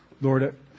Lord